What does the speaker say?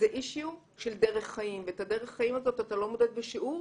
אישיו של דרך חיים ואת דרך החיים הזאת אתה לא מודד בשיעור.